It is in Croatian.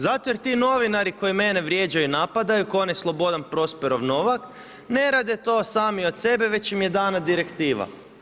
Zato jer ti novinari koji mene vrijeđaju i napadaju, ko onaj Slobodan Prospero Novak, ne rade to sami od sebe, već im je dana direktiva.